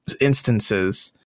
instances